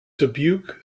dubuque